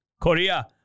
Korea